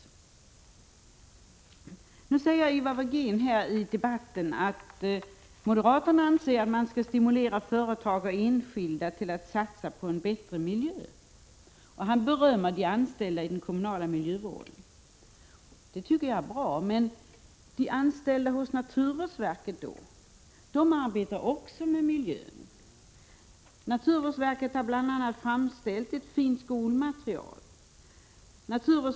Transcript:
Ivar Virgin säger här i debatten att moderaterna anser att man skall stimulera företag och enskilda att satsa på en bättre miljö. Han berömmer också de anställda inom den kommunala miljövården. Det tycker jag är bra. Men de anställda hos naturvårdsverket då? De arbetar också med miljön. Naturvårdsverket har bl.a. framställt ett fint skolmaterial.